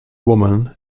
woman